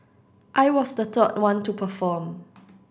I was the third one to perform